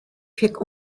pick